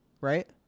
right